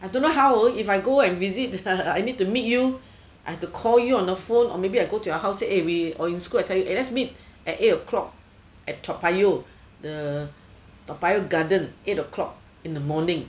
I don't know how if I go and visit I need to meet you I have to call you on the phone or maybe I go to your house say eh we or in school I tell you eh let's meet at eight o'clock at toa payoh the toa payoh garden eight o'clock in the morning